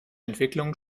entwicklungen